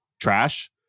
trash